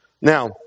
Now